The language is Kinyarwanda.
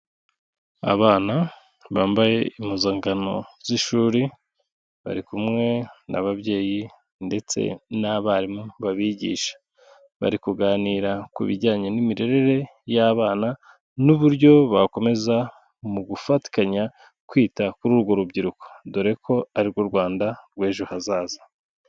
Abana bambaye impuzankano z'ishuri, bari kumwe n'ababyeyi ndetse n'abarimu babigisha. Bari kuganira ku bijyanye n'imirere y'abana n'uburyo bakomeza mu gufatikanya kwita kuri urwo rubyiruko, dore ko ari rwo Rwanda rw'ejo hazaza.